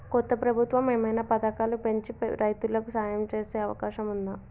కొత్త ప్రభుత్వం ఏమైనా పథకాలు పెంచి రైతులకు సాయం చేసే అవకాశం ఉందా?